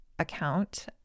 account